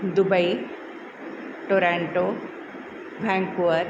Dubai Toronto Vancouver